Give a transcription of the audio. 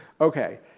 Okay